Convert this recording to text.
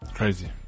Crazy